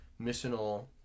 missional